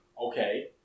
Okay